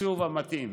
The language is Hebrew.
התקציב המתאים.